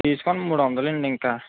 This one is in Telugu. తీసుకోండి మూడు వందలండి ఇంకా